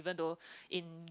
or even though in